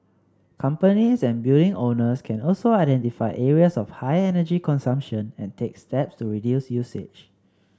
companies and building owners can also identify areas of high energy consumption and take steps to reduce usage